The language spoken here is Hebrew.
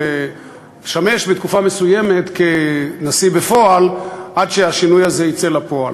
לשמש תקופה מסוימת כנשיא בפועל עד שהשינוי הזה יצא לפועל.